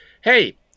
Hey